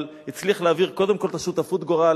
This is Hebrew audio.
אבל הצליח להעביר קודם כול את שותפות הגורל